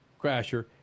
Crasher